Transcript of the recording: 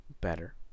better